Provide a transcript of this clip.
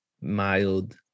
mild